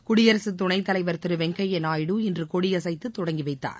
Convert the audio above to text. குடியரசுத் துணைத் தலைவர் திரு வெங்கய்யா நாயுடு இன்று கொடியசைத்து தொடங்கி வைத்தார்